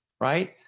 right